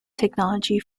technology